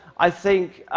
i think